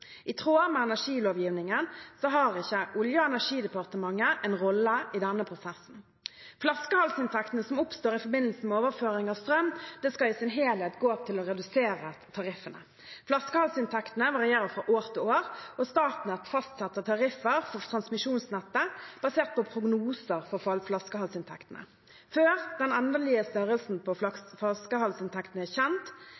i september året før. I tråd med energilovgivningen har ikke Olje- og energidepartementet en rolle i denne prosessen. Flaskehalsinntektene som oppstår i forbindelse med overføring av strøm, skal i sin helhet gå til å redusere tariffene. Flaskehalsinntektene varierer fra år til år, og Statnett fastsetter tariffer for transmisjonsnettet basert på prognoser fra flaskehalsinntektene før den endelige størrelsen på